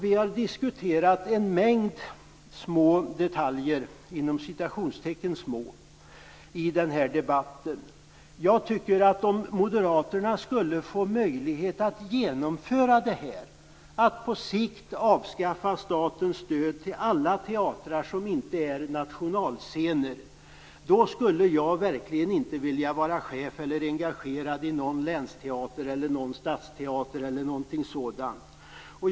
Vi har i den här debatten diskuterat en mängd "små" detaljer. Om moderaterna fick möjlighet att genomföra vad som sägs här, nämligen att på sikt avskaffa statens stöd till alla teatrar som inte är nationalscener, skulle jag verkligen inte vilja vara chef eller vara engagerad i någon läns eller stadsteater eller någonting sådant.